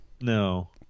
no